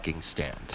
Stand